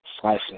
slicing